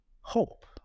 hope